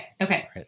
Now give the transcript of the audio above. Okay